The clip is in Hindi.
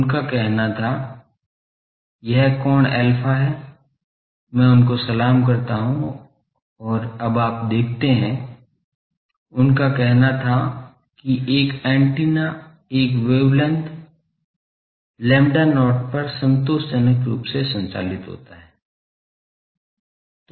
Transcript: उनका कहना था कि यह कोण अल्फा है मैं उनको सलाम करता हूँ और अब आप देखते हैं उनका कहना था कि एक एंटीना एक वेवलेंथ lambda not पर संतोषजनक रूप से संचालित होता है